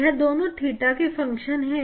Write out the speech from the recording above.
और यह दोनों theta के फंक्शन हैं